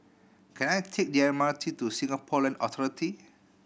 can I take the M R T to Singapore Land Authority